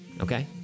Okay